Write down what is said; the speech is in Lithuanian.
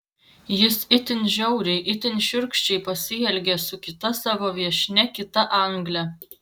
jis itin žiauriai itin šiurkščiai pasielgė su kita savo viešnia kita angle